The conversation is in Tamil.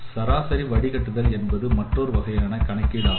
சராசரி வடிகட்டுதல் என்பது மற்றொரு வகையான கணக்கீடு ஆகும்